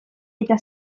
eta